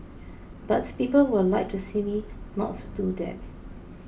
but people would like to see me not do that